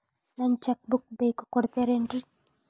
ನಂಗ cheque book ಬೇಕು ಕೊಡ್ತಿರೇನ್ರಿ?